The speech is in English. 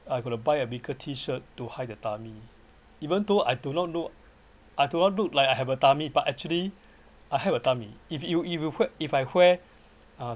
I got to buy a bigger t-shirt to hide the tummy even though I do not know I do not look like I have a tummy but actually I have a tummy if you if you could if I wear uh